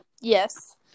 Yes